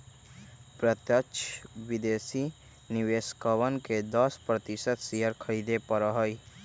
प्रत्यक्ष विदेशी निवेशकवन के दस प्रतिशत शेयर खरीदे पड़ा हई